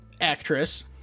actress